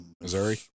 Missouri